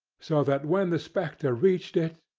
so that when the spectre reached it,